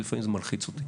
כי לפעמים זה מלחיץ אותי.